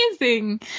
amazing